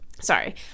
Sorry